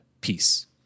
Peace